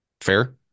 Fair